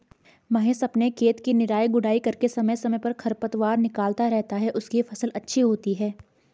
महेश अपने खेत की निराई गुड़ाई करके समय समय पर खरपतवार निकलता रहता है उसकी फसल अच्छी होती है